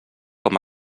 com